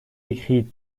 écrit